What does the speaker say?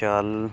ਚੱਲ